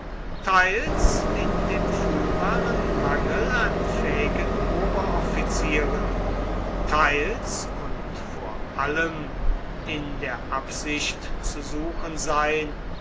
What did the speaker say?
teils in dem fühlbaren mangel an fähigen oberoffizieren teils und vor allem in der absicht zu suchen sein